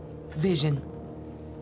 Vision